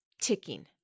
ticking